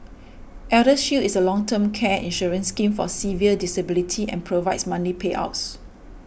Eldershield is a long term care insurance scheme for severe disability and provides monthly payouts